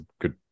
good